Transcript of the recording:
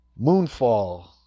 Moonfall